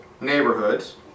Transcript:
neighborhoods